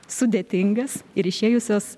sudėtingas ir išėjusios